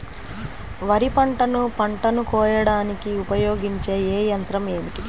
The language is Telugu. వరిపంటను పంటను కోయడానికి ఉపయోగించే ఏ యంత్రం ఏమిటి?